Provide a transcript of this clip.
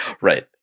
Right